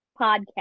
podcast